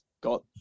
got